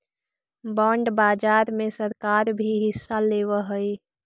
bond बाजार में सरकार भी हिस्सा लेवऽ हई